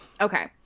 Okay